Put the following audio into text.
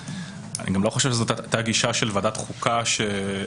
אני לא חושב שזה אותה גישה של ועדת החוקה בזמנו